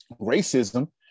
Racism